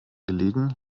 gelegen